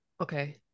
Okay